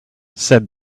said